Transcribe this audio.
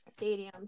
stadiums